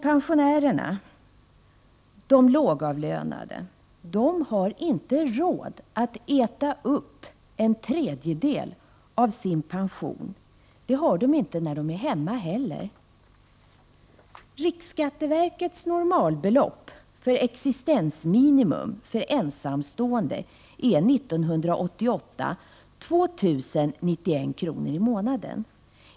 De lågavlönade pensionärerna har inte råd att äta upp en tredjedel av pensionen, men det har de inte heller när de är hemma. Riksskatteverkets normalbelopp för existensminimum är för ensamstående 2 091 kr. i månaden år 1988.